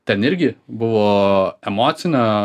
ten irgi buvo emocinio